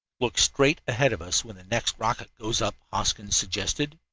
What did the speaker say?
look straight ahead of us when the next rocket goes up, hoskins suggested.